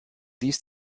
dies